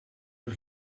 het